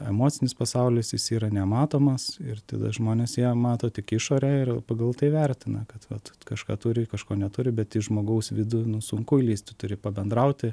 emocinis pasaulis jis yra nematomas ir tada žmonės joje mato tik išorę ir pagal tai vertina kad vat kažką turi kažko neturi bet į žmogaus vidų nu sunku įlįsti turi pabendrauti